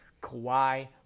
Kawhi